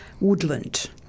woodland